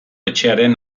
etxearen